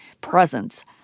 presence